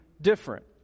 different